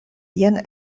jen